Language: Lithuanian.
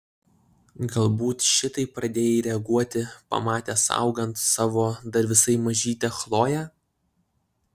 galbūt šitaip pradėjai reaguoti pamatęs augant savo dar visai mažytę chloję